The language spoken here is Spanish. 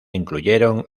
incluyeron